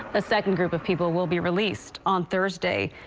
a second group of people will be released on thursday.